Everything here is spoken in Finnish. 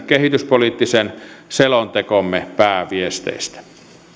kehityspoliittisen selontekomme pääviesteistä